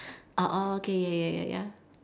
uh oh okay ya ya ya ya